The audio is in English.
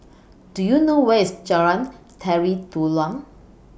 Do YOU know Where IS Jalan Tari Dulang